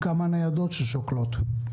עם כמה ניידות ששוקלות?